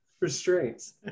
restraints